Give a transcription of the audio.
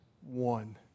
one